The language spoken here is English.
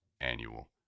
annual